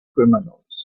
criminals